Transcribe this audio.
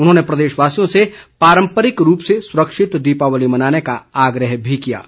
उन्होंने प्रदेशवासियों से पारम्परिक रूप से सुरक्षित दीपावली मनाने का आग्रह भी किया है